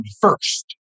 first